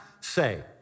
say